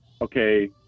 okay